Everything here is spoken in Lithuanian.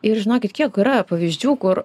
ir žinokit kiek yra pavyzdžių kur